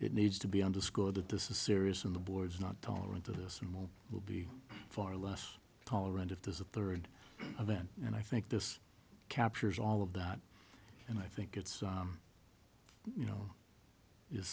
it needs to be understood that this is serious in the board's not tolerant of this and will be far less tolerant if there's a third of that and i think this captures all of that and i think it's you know is